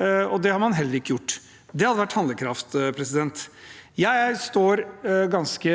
Det hadde vært handlekraft. I den analysen står jeg ganske